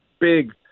big